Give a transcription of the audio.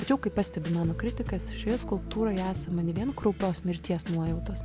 tačiau kaip pastebi mano kritikas šioje skulptūroje esama ne vien kraupios mirties nuojautos